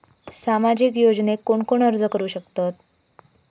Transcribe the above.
सामाजिक योजनेक कोण कोण अर्ज करू शकतत?